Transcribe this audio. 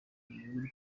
muri